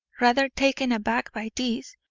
rather taken aback by this,